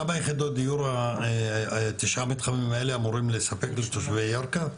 כמה יחידות דיור בתשעת המתחמים האלה אמורים לספק לתושבי ירכא?